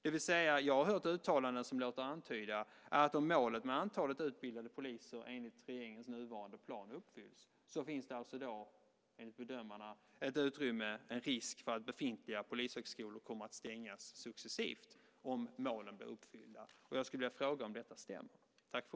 Jag har hört uttalanden från bedömare som låter antyda att det, om målet med antalet utbildade poliser enligt regeringens nuvarande plan uppfylls, finns en risk för att befintliga polishögskolor kommer att stängas successivt. Jag skulle vilja fråga om detta stämmer.